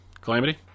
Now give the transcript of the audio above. calamity